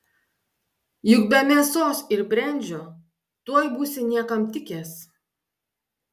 juk be mėsos ir brendžio tuoj būsi niekam tikęs